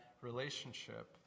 relationship